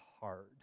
hard